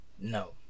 no